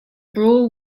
brawl